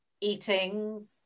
eating